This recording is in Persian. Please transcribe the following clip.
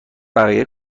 بقیه